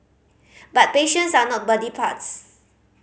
but patients are not body parts